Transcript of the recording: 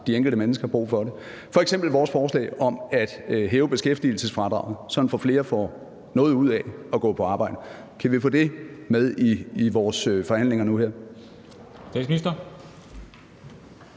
de enkelte mennesker brug for det. Det kunne f.eks. handle om vores forslag om at hæve beskæftigelsesfradraget, sådan at flere får noget ud af at gå på arbejde. Kan vi få det med i vores forhandlinger nu her?